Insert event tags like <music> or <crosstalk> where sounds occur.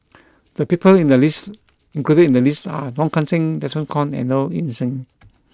<noise> the people in the list included in the list are Wong Kan Seng Desmond Kon and Low Ing Sing